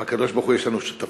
עם הקדוש-ברוך-הוא יש לנו שותפים: